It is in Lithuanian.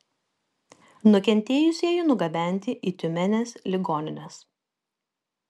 nukentėjusieji nugabenti į tiumenės ligonines